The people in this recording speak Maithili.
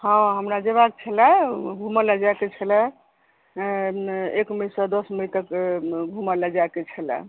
हाँ हमरा जयबाक छलए घूमय लए जायके छलए एक मइसँ दस मइ तक घूमय लेल जायके छलए